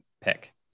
pick